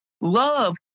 love